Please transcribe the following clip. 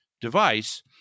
device